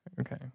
Okay